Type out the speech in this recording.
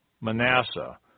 Manasseh